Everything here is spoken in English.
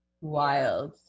Wild